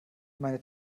meine